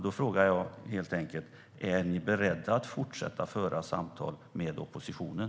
Då frågar jag helt enkelt: Är ni beredda att fortsätta att föra samtal med oppositionen?